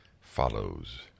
follows